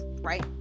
right